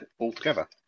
altogether